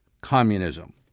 communism